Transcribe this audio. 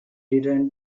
returned